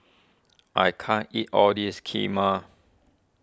I can't eat all this Kheema